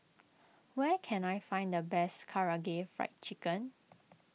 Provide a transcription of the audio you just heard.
where can I find the best Karaage Fried Chicken